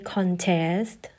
Contest